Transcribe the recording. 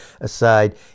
aside